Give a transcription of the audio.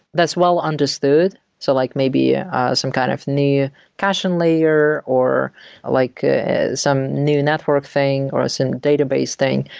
that's well understood. so like maybe ah some kind of new cache and layer, or like some new network thing, or ah some database thing.